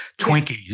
Twinkies